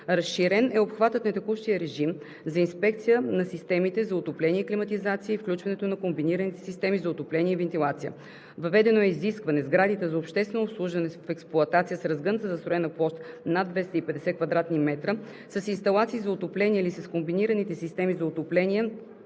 Разширен е обхватът на текущия режим за инспекция на системите за отопление и климатизация и включването на комбинираните системи за отопление и вентилация. Въведено е изискване сградите за обществено обслужване в експлоатация с разгъната застроена площ над 250 кв. м с инсталации за отопление или с комбинираните системи за отопление